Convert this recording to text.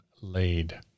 laid